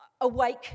awake